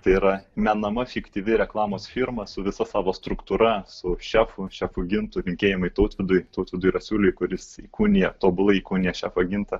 tai yra menama fiktyvi reklamos firma su visa savo struktūra su šefu šefu gintu linkėjimai tautvydui tautvydui rasiuliui kuris įkūnija tobulai įkūnija ne šefą gintą